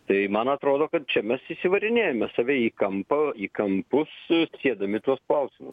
tai man atrodo kad čia mes įsivarinėjame save į kampą į kampus siedami tuos klausimus